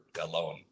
alone